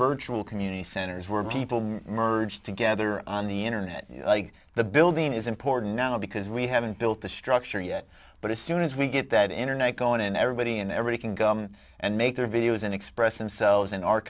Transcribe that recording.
virtual community centers where people merge together on the internet the building is important now because we haven't built the structure yet but as soon as we get that internet going and everybody in every can go and make their videos and express themselves in